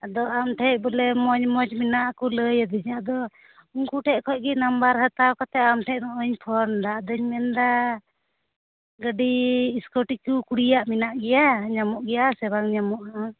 ᱟᱫᱚ ᱟᱢ ᱴᱷᱮᱱ ᱵᱚᱞᱮ ᱢᱚᱡᱽ ᱢᱚᱡᱽ ᱢᱮᱱᱟᱜ ᱟᱠᱚ ᱞᱟᱹᱭᱟᱫᱤᱧᱟ ᱟᱫᱚ ᱩᱱᱠᱩ ᱴᱷᱮᱱ ᱠᱷᱚᱱ ᱜᱮ ᱱᱟᱢᱵᱟᱨ ᱦᱟᱛᱟᱣ ᱠᱟᱛᱮ ᱟᱢ ᱴᱷᱮᱱ ᱱᱚᱜᱼᱚᱭᱤᱧ ᱯᱷᱳᱱ ᱮᱫᱟ ᱟᱫᱚᱧ ᱢᱮᱱ ᱮᱫᱟ ᱜᱟᱹᱰᱤ ᱤᱥᱠᱩᱴᱤ ᱠᱚ ᱠᱩᱲᱤᱭᱟᱜ ᱢᱮᱱᱟᱜ ᱜᱮᱭᱟ ᱧᱟᱢᱚᱜ ᱜᱮᱭᱟ ᱥᱮ ᱵᱟᱝ ᱧᱟᱢᱚᱜᱼᱟ